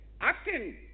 acting